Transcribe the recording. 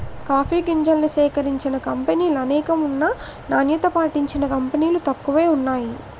coffee గింజల్ని సేకరించిన కంపినీలనేకం ఉన్నా నాణ్యత పాటించిన కంపినీలు తక్కువే వున్నాయి